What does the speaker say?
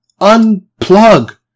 Unplug